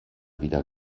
wieder